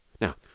Now